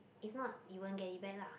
if not you won't get it back lah